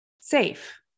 safe